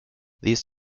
these